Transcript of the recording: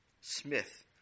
Smith